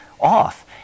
off